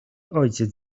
ojciec